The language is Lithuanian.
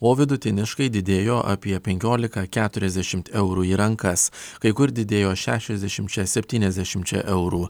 o vidutiniškai didėjo apie penkiolika keturiasdešimt eurų į rankas kai kur didėjo šešiasdešimčia septyniasdešimčia eurų